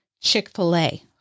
Chick-fil-A